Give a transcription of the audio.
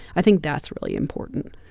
i think that's really important.